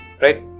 Right